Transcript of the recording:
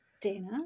Dana